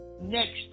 next